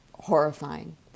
horrifying